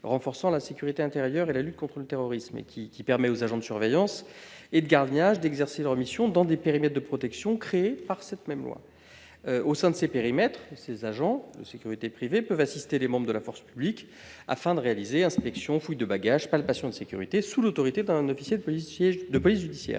renforçant la sécurité intérieure et la lutte contre le terrorisme qui permet aux agents de surveillance et de gardiennage d'exercer leurs missions dans les périmètres de protection créés par cette même loi. Au sein desdits périmètres, ces agents peuvent assister les membres de la force publique afin de réaliser des inspections et fouilles de bagages, ainsi que des palpations de sécurité, sous l'autorité d'un officier de police judiciaire.